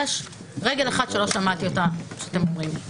יש רגל אחת שלא שמעתי שאתם אומרים.